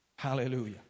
Hallelujah